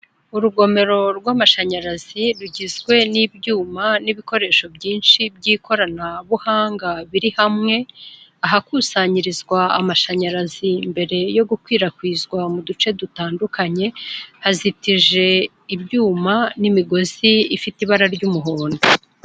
Urugomero rw'amashanyarazi rugizwe n'ibyuma n'ibikoresho byinshi by'ikoranabuhanga biri hamwe, ahakusanyirizwa amashanyarazi mbere yo gukwirakwizwa mu duce dutandukanye, hazitije ibyuma n'imigozi ifite ibara ry'umuhondo.